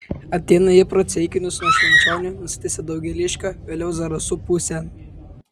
ateina ji pro ceikinius nuo švenčionių nusitęsia daugėliškio vėliau zarasų pusėn